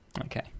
Okay